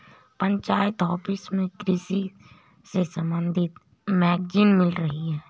panchayat office में कृषि से संबंधित मैगजीन मिल रही है